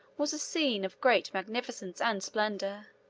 was a scene of great magnificence and splendor.